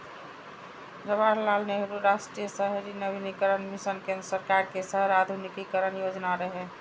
जवाहरलाल नेहरू राष्ट्रीय शहरी नवीकरण मिशन केंद्र सरकार के शहर आधुनिकीकरण योजना रहै